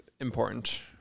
important